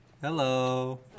Hello